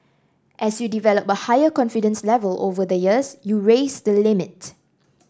as you develop a higher confidence level over the years you raise the limit